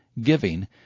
giving